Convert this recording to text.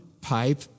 pipe